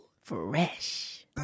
Fresh